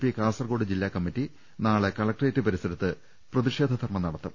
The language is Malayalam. പി കാസർകോട് ജില്ലാ കമ്മിറ്റി നാളെ കലക്ടറേറ്റ് പരിസരത്ത് പ്രതിഷേധ ധർണ നടത്തും